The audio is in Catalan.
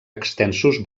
extensos